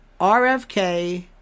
RFK